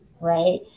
right